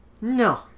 no